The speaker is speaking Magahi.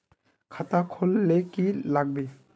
खाता खोल ले की लागबे?